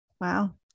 Wow